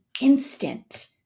instant